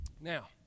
Now